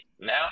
now